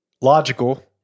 Logical